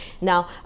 Now